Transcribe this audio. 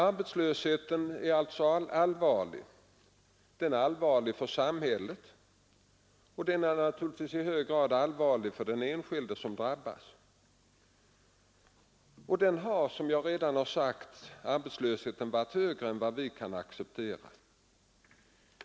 Arbetslösheten är alltså allvarlig. Den är allvarlig för samhället, och den är naturligtvis i hög grad allvarlig för den enskilde som drabbas. Arbetslösheten har, som jag redan sagt, varit större än vi kan acceptera.